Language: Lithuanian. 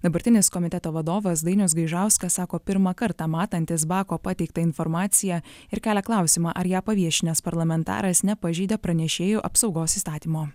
dabartinis komiteto vadovas dainius gaižauskas sako pirmą kartą matantis bako pateiktą informaciją ir kelia klausimą ar ją paviešinęs parlamentaras nepažeidė pranešėjų apsaugos įstatymo